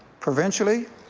provincially,